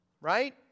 right